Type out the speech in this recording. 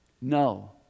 no